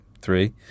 three